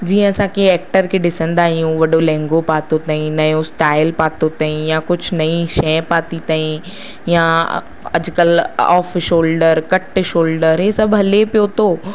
जीअं असां कंहिं एक्टर खे ॾिसंदा आहियूं वॾो लहंगो पातो अथईं नयो स्टाइल पातो अथईं कुझु नई शइ पाती अथईं या अ अॼकल्ह ऑफ़ शोलडर कट शोलडर हीअ सभु हले पियो थो